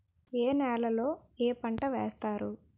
ఏ నేలలో ఏ పంట వేస్తారు?